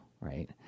right